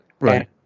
Right